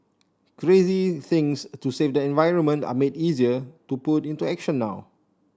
crazy things to save the environment are made easier to put into action now